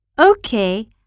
Okay